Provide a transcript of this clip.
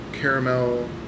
Caramel